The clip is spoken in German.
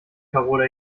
karola